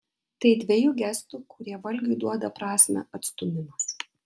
tai dvejų gestų kurie valgiui duoda prasmę atstūmimas